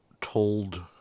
told